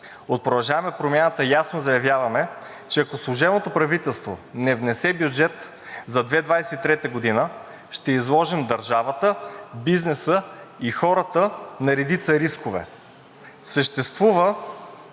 От „Продължаваме Промяната“ заявяваме, че ако служебното правителство не внесе бюджет за 2023 г., ще изложим държавата, бизнеса и хората на редица рискове. Съществуващите